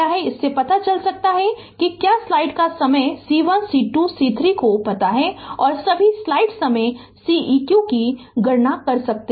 तो इससे पता चल सकता है कि क्या स्लाइड का समय C1 C2 C3 को पता है और सभी स्लाइड समय Ceq की गणना कर सकते हैं